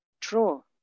true